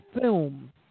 film